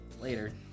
Later